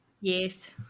Yes